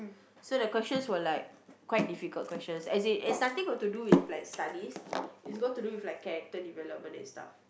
so the questions were like quite difficult questions as in it's nothing got to do with studies it's got to do with like character development and stuff